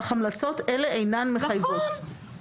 אך המלצות אלה אינן מחייבות." נכון,